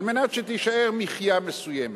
כדי שתישאר מחיה מסוימת.